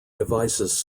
devices